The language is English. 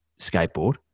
skateboard